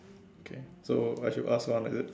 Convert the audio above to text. okay so I should ask one is it